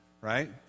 right